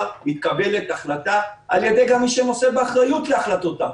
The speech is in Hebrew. מתקבלת החלטה על ידי מי שנושא באחריות להחלטותיו,